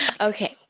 Okay